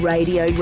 Radio